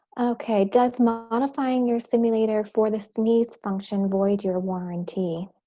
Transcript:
okay, does modifying your simulator for the sneeze function void your warranty?